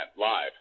live